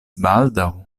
baldaŭ